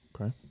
Okay